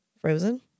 Frozen